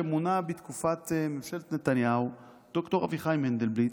שמונה בתקופת ממשלת נתניהו ד"ר אביחי מנדלבליט.